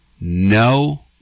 no